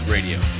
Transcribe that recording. Radio